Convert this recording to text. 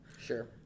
Sure